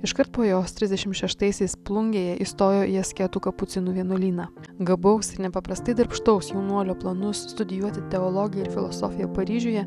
iškart po jos trisdešim šeštaisais plungėje įstojo į asketų kapucinų vienuolyną gabaus ir nepaprastai darbštaus jaunuolio planus studijuoti teologiją ir filosofiją paryžiuje